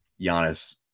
Giannis